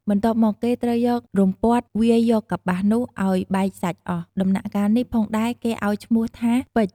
បន្ទាប់មកគេត្រូវយករំពាត់វាយកប្បាសនោះឲ្យបែកសាច់អស់ ដំណាក់កាលនេះផងដែរគេឲ្យឈ្មោះថាថ្ពេច។